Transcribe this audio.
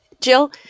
Jill